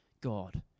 God